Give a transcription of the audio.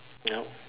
mm